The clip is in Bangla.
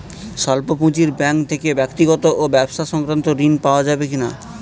স্বল্প পুঁজির ব্যাঙ্ক থেকে ব্যক্তিগত ও ব্যবসা সংক্রান্ত ঋণ পাওয়া যাবে কিনা?